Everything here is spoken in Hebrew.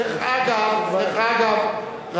דרך אגב,